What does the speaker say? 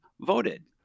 voted